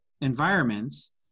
environments